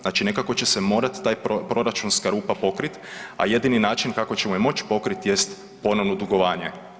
Znači nekako će se morati taj proračunska rupa pokriti, a jedini način kako ćemo je moći pokriti jest ponovno dugovanje.